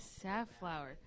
Safflower